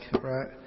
right